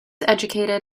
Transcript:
educated